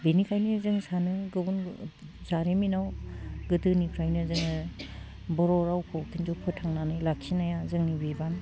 बेनिखायनो जों सानो गुबुन जारिमिनाव गोदोनिफ्रायनो जोङो बर' रावखौ खिन्थु फोथांनानै लाखिनाया जोंनि बिबान